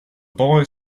boy